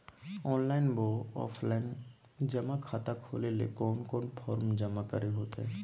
Online बोया offline जमा खाता खोले ले कोन कोन फॉर्म जमा करे होते?